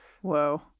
Whoa